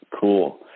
cool